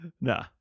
Nah